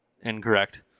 incorrect